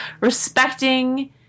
Respecting